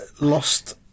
Lost